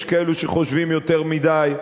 יש כאלה שחושבים יותר מדי,